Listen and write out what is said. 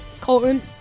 Colton